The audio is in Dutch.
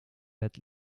bed